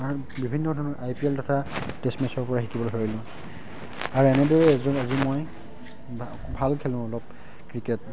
বিভিন্ন ধৰণৰ I P L তথা টেষ্ট মেছৰ পৰা শিকিবলৈ ধৰিলো আৰু এনেদৰে এজন ভাল খেলোঁ অলপ ক্ৰিকেট